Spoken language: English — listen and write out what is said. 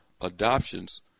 adoptions